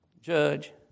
Judge